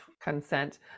consent